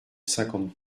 cinquante